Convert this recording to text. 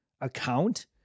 account